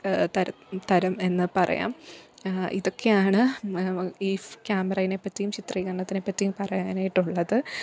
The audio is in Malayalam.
തര തരം എന്ന് പറയാം ഇതൊക്കെയാണ് ഈ ഫ് ക്യാമറയിനെ പറ്റിയും ചിത്രീകരണത്തിനെ പറ്റിയും പറയാനായിട്ടുള്ളത്